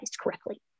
correctly